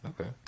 Okay